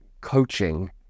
coaching